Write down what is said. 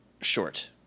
short